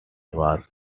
was